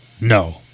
no